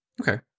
Okay